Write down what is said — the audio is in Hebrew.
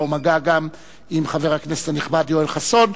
ומגע גם עם חבר הכנסת הנכבד יואל חסון.